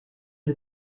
des